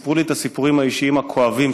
סיפרו לי את הסיפורים האישיים הכואבים,